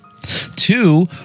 Two